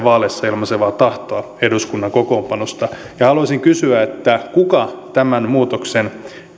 vaaleissa ilmaisemaa tahtoa eduskunnan kokoonpanosta haluaisin kysyä kuka tämän muutoksen